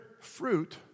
fruit